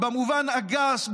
במובן הגס,